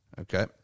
Okay